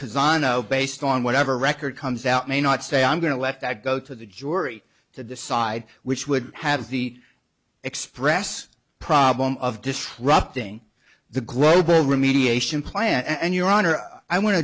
zano based on whatever record comes out may not say i'm going to let that go to the jury to decide which would have the express problem of disrupting the global remediation plan and your honor i want to